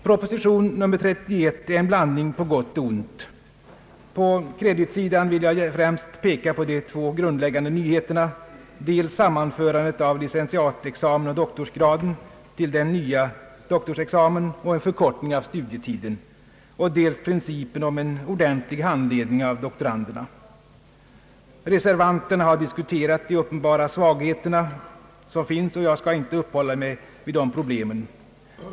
Proposition nr 31 är en blandning på gott och ont. På kreditsidan vill jag främst peka på de två grundläggande nyheterna: dels sammanförandet av licentiatexamen och doktorsgraden till den nya doktorsexamen och en förkortning av studietiden, dels principen om en ordentlig handledning av doktoranderna. Reservanterna har diskuterat de uppenbara svagheter som finns, och jag skall inte uppehålla mig vid de problemen...